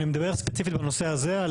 אני מדבר ספציפית בנושא הזה,